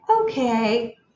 okay